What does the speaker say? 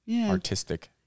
artistic